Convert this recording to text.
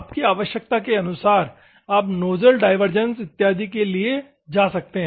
अपनी आवश्यकता के अनुसार आप नोजल डाइवर्जेंस इत्यादि के लिए जा सकते हैं